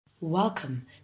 Welcome